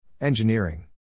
Engineering